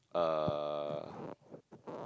uh